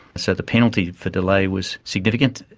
so the penalty for delay was significant.